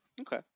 Okay